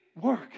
work